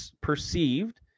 perceived